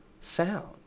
sound